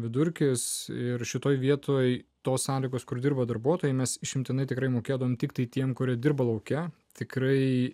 vidurkis ir šitoje vietoj tos sąlygos kur dirba darbuotojai mes išimtinai tikrai mokėtumėme tiktai tiems kurie dirba lauke tikrai